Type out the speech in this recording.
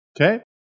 Okay